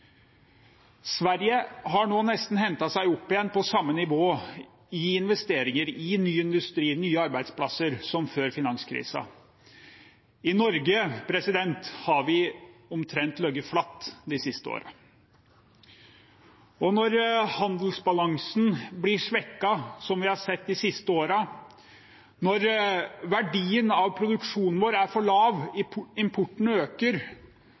Sverige har nå nesten hentet seg opp igjen på samme nivå i investeringer, i ny industri og nye arbeidsplasser som før finanskrisen. I Norge har vi ligget omtrent flatt de siste årene. Når handelsbalansen blir svekket, som vi har sett de siste årene, når verdien av produksjonen vår er for lav og importen øker,